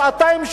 שעתיים,